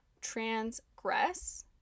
transgress